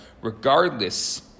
regardless